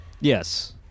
Yes